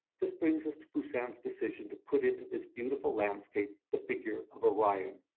this brings us to poussin's decision to put into this beautiful landscape the figure of orion,